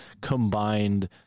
combined